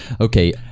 Okay